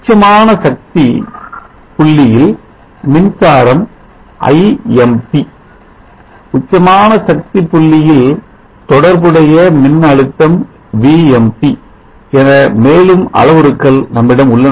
உச்சமான சக்தி புள்ளியில்மின்சாரம் Imp உச்சமான சக்தி புள்ளியில் தொடர்புடைய மின்னழுத்தம் Vmp என மேலும் அளவுருக்கள் நம்மிடம் உள்ளன